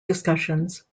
discussions